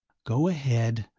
go ahead,